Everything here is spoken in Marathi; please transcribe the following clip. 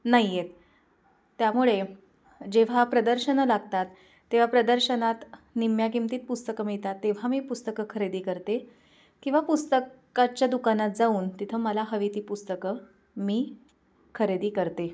नाही आहेत त्यामुळे जेव्हा प्रदर्शनं लागतात तेव्हा प्रदर्शनात निम्म्या किमतीत पुस्तकं मिळतात तेव्हा मी पुस्तकं खरेदी करते किंवा पुस्तकाच्या दुकानात जाऊन तिथं मला हवी ती पुस्तकं मी खरेदी करते